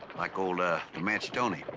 like old ah comanche tony.